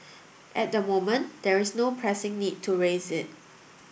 at the moment there's no pressing need to raise it